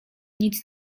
nic